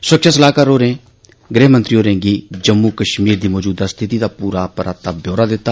सुरक्षा सलाहकार होरे गृहमंत्री होरे गी जम्मू कश्मीर दी मौजूदी स्थिति दा पूरा व्यौरा दिता